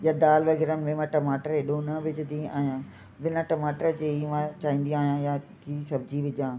या दालि वग़ैरह में मां टमाटर हेॾो न विझदी आहियां बिना टमाटर जे ई मां चाहींदी आहियां या की सब्जी विझा